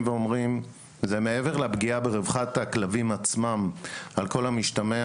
מעבר לפגיעה ברווחת הכלבים עצמם על כל המשתמע